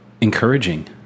encouraging